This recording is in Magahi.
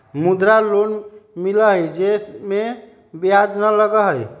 मुद्रा लोन मिलहई जे में ब्याज न लगहई?